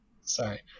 Sorry